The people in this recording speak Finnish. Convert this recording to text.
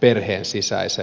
perheen sisäisen adoption